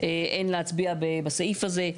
אין להצביע בסעיף הזה,